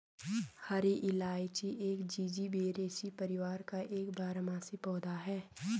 हरी इलायची एक जिंजीबेरेसी परिवार का एक बारहमासी पौधा है